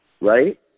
right